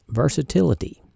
versatility